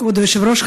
כבוד היושב-ראש,